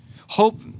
Hope